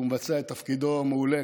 והוא מבצע את תפקידו מעולה.